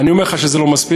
אני אומר לך שזה לא מספיק,